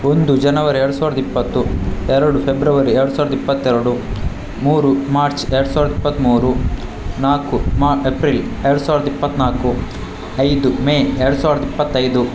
ಒಂದು ಜನವರಿ ಎರಡು ಸಾವಿರದ ಇಪ್ಪತ್ತು ಎರಡು ಫೆಬ್ರವರಿ ಎರಡು ಸಾವಿರದ ಇಪ್ಪತ್ತೆರಡು ಮೂರು ಮಾರ್ಚ್ ಎರಡು ಸಾವಿರದ ಇಪ್ಪತ್ತ್ಮೂರು ನಾಲ್ಕು ಮಾ ಏಪ್ರಿಲ್ ಎರಡು ಸಾವಿರದ ಇಪ್ಪತ್ತ್ನಾಲ್ಕು ಐದು ಮೇ ಎರಡು ಸಾವಿರದ ಇಪ್ಪತ್ತೈದು